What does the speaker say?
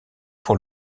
pour